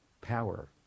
power